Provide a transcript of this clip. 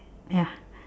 ya